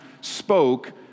spoke